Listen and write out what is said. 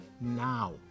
now